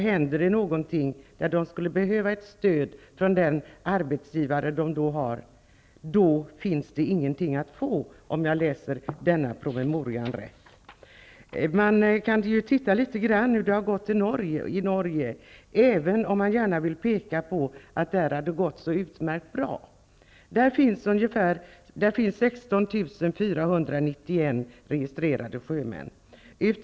Händer det någonting och de skulle behöva ett stöd från den arbetsgivare de då har, finns det inget att få, om jag läst promemorian rätt. Man kan titta litet grand hur det har blivit i Norge. Man vill gärna påpeka att det där har gått utmärkt bra. Där finns 16 491 registrerade sjömän.